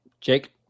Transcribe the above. Jake